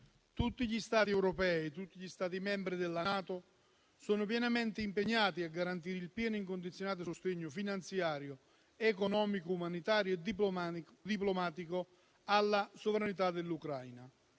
Tutti gli Stati europei, tutti gli Stati membri della NATO sono pienamente impegnati a garantire il pieno e incondizionato sostegno finanziario, economico, umanitario e diplomatico alla sovranità dell'Ucraina.